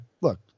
look